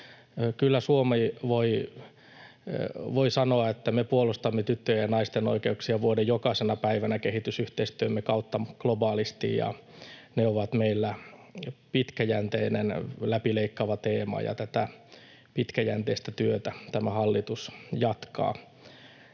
Kyllä Suomi voi sanoa, että me puolustamme tyttöjen ja naisten oikeuksia vuoden jokaisena päivänä kehitysyhteistyömme kautta globaalisti, ja ne ovat meillä pitkäjänteinen, läpileikkaava teema, ja tätä pitkäjänteistä työtä tämä hallitus jatkaa.